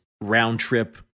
round-trip